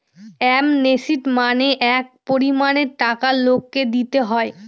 amnesty মানে এক পরিমানের টাকা লোককে দিতে হয়